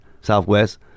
Southwest